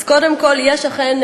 אז קודם כול, אכן,